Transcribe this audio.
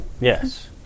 Yes